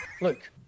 Luke